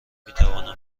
میتوانم